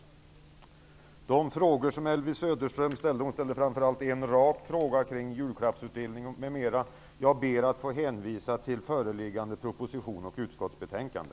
Med anledning av de frågor som Elvy Söderström ställde -- hon ställde bl.a. en rak fråga om julkortsutdelning -- ber jag att få hänvisa till föreliggande proposition och utskottsbetänkande.